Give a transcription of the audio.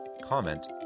comment